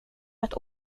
att